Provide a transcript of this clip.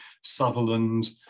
Sutherland